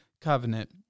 covenant